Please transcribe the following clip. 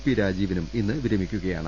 P രാജീ വനും ഇന്ന് വിരമിക്കുകയാണ്